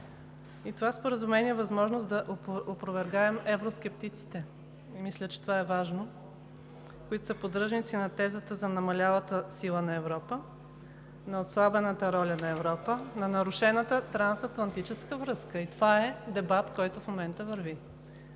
Това споразумение е възможност да опровергаем евроскептиците. Мисля, че това е важно, които са поддръжници на тезата за намалялата сила на Европа, на отслабената роля на Европа, на нарушената трансатлантическа връзка. Това е дебат, който в момента върви